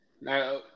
Now